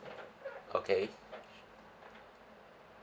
okay